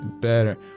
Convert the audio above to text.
better